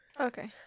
Okay